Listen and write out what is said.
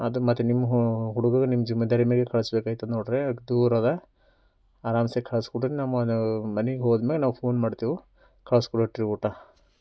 ಅದು ಮತ್ತೆ ನಿಮ್ಮ ಹುಡುಗಗೆ ನಿಮ್ಮ ಜಿಮ್ಮೆದಾರಿ ಮ್ಯಾಲೆ ಕಳಿಸ್ಬೇಕಾಗ್ತದೆ ನೋಡ್ರಿ ದೂರ ಇದೆ ಅರಾಮ್ಸೆ ಕಳಿಸ್ಕೊಡ್ರಿ ನಮ್ಮ ಮನೆಗೆ ಹೋದ್ಮೇಲೆ ನಾವು ಫೋನ್ ಮಾಡ್ತೇವೆ ಕಳಿಸ್ಕೊಡಟ್ರಿ ಊಟ